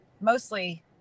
mostly